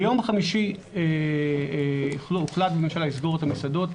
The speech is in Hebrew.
ביום חמישי הוחלט בממשלה לסגור את המסעדות,